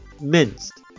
minced